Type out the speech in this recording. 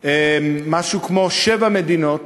משהו כמו שבע מדינות